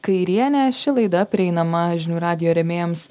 kairienė ši laida prieinama žinių radijo rėmėjams